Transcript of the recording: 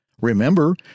Remember